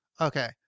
Okay